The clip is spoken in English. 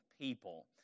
people